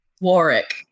Warwick